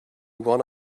one